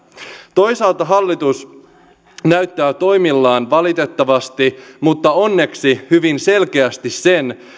toisaalta hallitus näyttää toimillaan valitettavasti mutta onneksi hyvin selkeästi sen